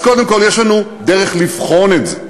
אז קודם כול, יש לנו דרך לבחון את זה.